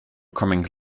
coming